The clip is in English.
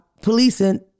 policing